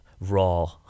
raw